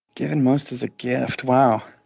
given most as a gift, wow.